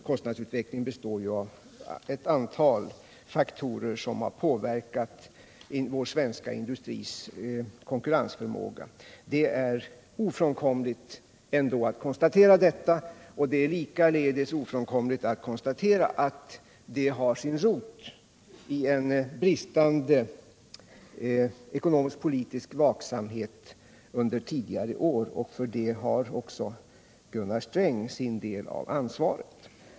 Kostnadsutvecklingen påverkas av ett antal faktorer. Det är ändå ofrånkomligt att konstatera att kostnadsutvecklingen här i landet påverkat vår svenska industris konkurrensförmåga. Det är likaledes ofrånkomligt att konstatera att denna kostnadsutveckling har sin rot i en bristande ekonomisk-politisk vaksamhet under tidigare år. För den har också Gunnar Sträng en del av ansvaret.